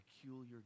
peculiar